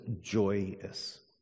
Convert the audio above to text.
joyous